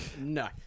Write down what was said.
No